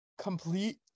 complete